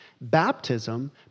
Baptism